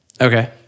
Okay